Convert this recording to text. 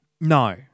no